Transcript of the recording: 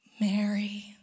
Mary